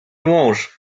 mąż